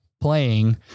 playing